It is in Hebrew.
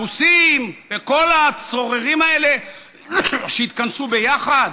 והרוסים וכל הצוררים האלה שהתכנסו ביחד.